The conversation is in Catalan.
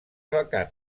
vacant